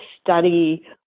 study